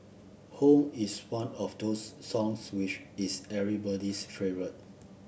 home is one of those songs which is everybody's favourite